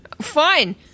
Fine